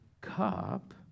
cup